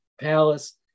Palace